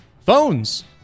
phones